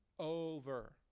over